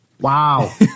Wow